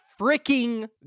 freaking